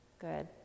Good